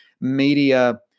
media